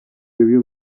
debió